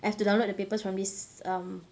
I've to download the papers from this um